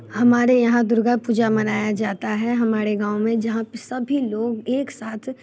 हमारे यहाँ दुर्गा पूजा मनाया जाता है हमारे गाँव में जहाँ पे सभी लोग एक साथ